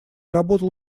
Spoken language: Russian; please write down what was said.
работал